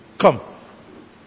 Come